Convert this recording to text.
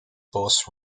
bus